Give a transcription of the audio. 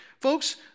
Folks